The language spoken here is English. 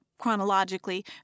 chronologically